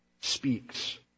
speaks